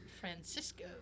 Francisco